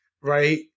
right